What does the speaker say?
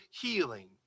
healing